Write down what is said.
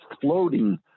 floating